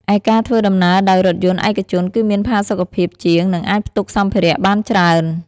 ឯការធ្វើដំណើរដោយរថយន្តឯកជនគឺមានផាសុកភាពជាង និងអាចផ្ទុកសម្ភារៈបានច្រើន។